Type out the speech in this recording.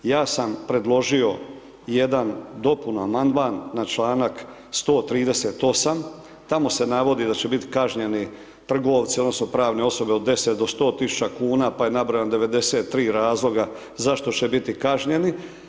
Ja sam predložio jedan dopuna Amandman na čl. 138., tamo se navodi da će biti kažnjeni trgovci odnosno pravne osobe od 10 do 100.000,00 kn, pa je nabrojan 93 razloga zašto će biti kažnjeni.